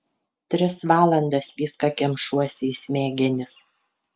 tris valandas viską kemšuosi į smegenis